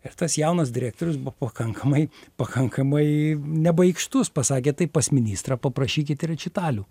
ir tas jaunas direktorius buvo pakankamai pakankamai nebaikštus pasakė tai pas ministrą paprašykit rečitalių